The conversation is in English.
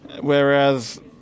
Whereas